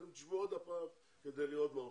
אז אתם תשבו עוד הפעם כדי לראות מה עושים.